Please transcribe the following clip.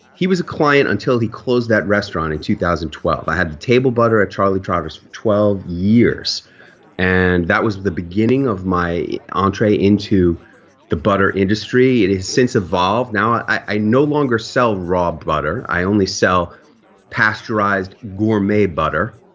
he was a client until he closed that restaurant in two thousand and twelve. i had the table butter a charlie trotter's for twelve years and that was the beginning of my entree into the butter industry. it has since evolved now. i no longer sell raw butter, i only sell pasteurized gourmet butter.